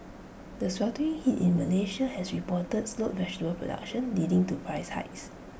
the sweltering heat in Malaysia has reportedly slowed vegetable production leading to price hikes